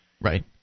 Right